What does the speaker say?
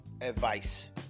advice